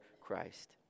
Christ